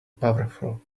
powerful